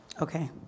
Okay